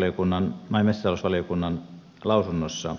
nimittäin maa ja metsätalousvaliokunnan lausunnossa